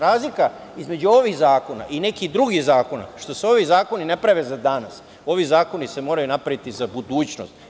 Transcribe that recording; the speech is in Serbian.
Razlika između ovih zakona i nekih drugih zakona je što se ovi zakoni ne prave za danas, ovi zakoni se moraju napraviti za budućnost.